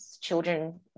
children